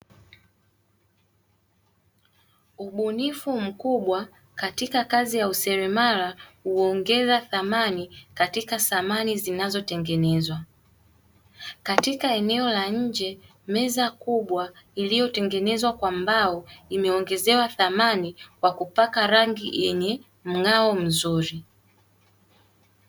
Ubunifu mkubwa katika kazi ya useremala huongeza thamani katika samani zinazotengenezwa, katika eneo la nje meza kubwa iliyotengenezwa kwa mbao imeongezewa thamani kwa kupakwa rangi yenye mng'ao mzuri.